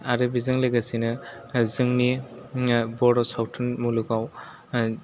आरो बेजों लोगोसेनो जोंनि बर' सावथुन मुलुगाव